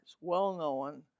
well-known